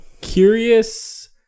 curious